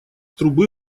трубы